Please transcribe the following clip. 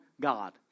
God